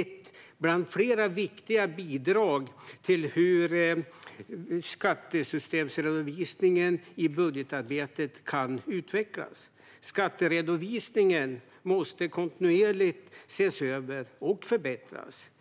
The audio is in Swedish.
ett av flera viktiga bidrag till hur skattesystemsredovisningen i budgetarbetet kan utvecklas. Skatteredovisningen måste kontinuerligt ses över och förbättras.